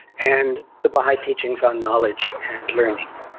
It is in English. and the baha'i teachings on knowledge and learning.